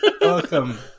Welcome